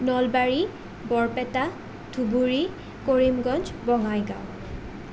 Nalbari Barpeta Dhubri Karimganj Bongaigaon